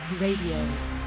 Radio